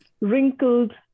Wrinkled